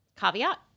Caveat